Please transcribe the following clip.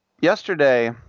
Yesterday